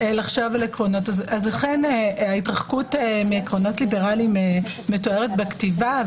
אז אכן ההתרחקות מעקרונות ליברליים מתוארת בכתיבה.